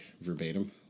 verbatim